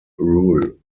rule